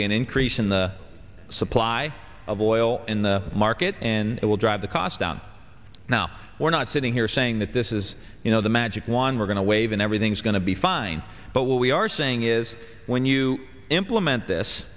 be an increase in the supply of oil in the market and it will drive the cost down now we're not sitting here saying that this is the magic wand we're going to wave and everything's going to be fine but what we are saying is when you implement this